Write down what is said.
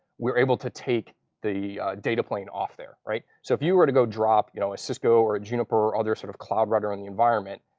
we're able to take the data plane off there, right? so if you were to go drop you know a cisco, or a juniper, or other sort of cloud router on the environment,